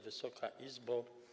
Wysoka Izbo!